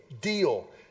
deal